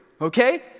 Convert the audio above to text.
okay